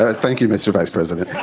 ah thank you mr. vice president